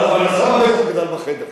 אבל הסבא בטח גדל ב"חדר".